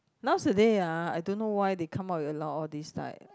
nowadays ah I don't know why they come out with a lot of all this type